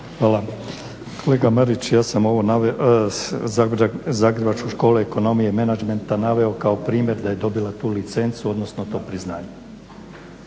Hvala. Kolega Marić, ja sam ovo naveo, zagrebačku školu ekonomije i menadžmenta naveo kao primjer da je dobila tu licencu odnosno to priznanje.